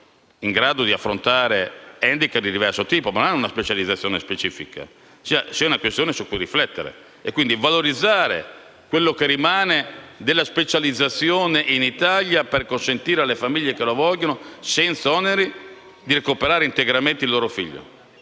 in grado di affrontare *handicap* di diverso tipo, ma sono privi di una specializzazione specifica. Credo che questa sia una questione su cui riflettere. È opportuno valorizzare quello che rimane della specializzazione in Italia, per consentire alle famiglie che lo vogliono, senza oneri, un recupero integrale del loro figlio